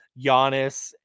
Giannis